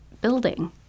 building